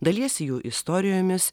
dalijasi jų istorijomis